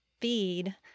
feed